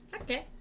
Okay